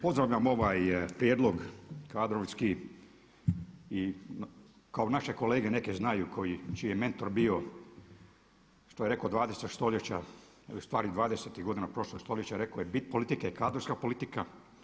Pozdravljam ovaj prijedlog kadrovski i kao naše kolege neke znaju čiji je mentor bio što je rekao 20. stoljeća ustvari dvadesetih godina prošlog stoljeća, rekao je bit politike je kadrovska politika.